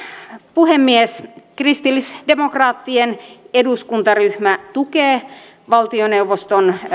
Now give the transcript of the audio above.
puhemies kristillisdemokraattien eduskuntaryhmä tukee valtioneuvoston